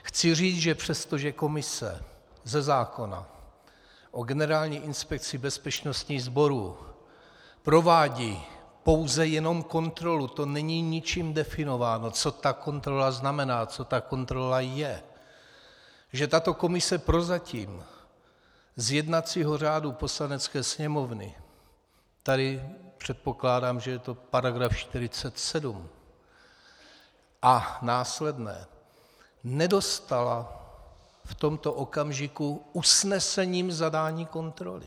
Chci říct, že přestože komise ze zákona o Generální inspekci bezpečnostních sborů provádí pouze jenom kontrolu, to není ničím definováno, co ta kontrola znamená, co ta kontrola je, že tato komise prozatím z jednacího řádu Poslanecké sněmovny tady předpokládám, že je to § 47 a následné nedostala v tomto okamžiku usnesením zadání kontroly.